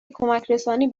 کمکرسانی